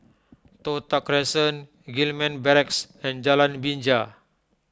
Toh Tuck Crescent Gillman Barracks and Jalan Binja